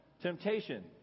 Temptation